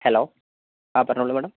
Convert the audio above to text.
hello ആ പറഞ്ഞോളൂ madam